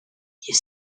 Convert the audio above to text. ils